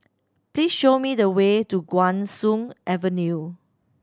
please show me the way to Guan Soon Avenue